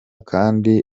kandi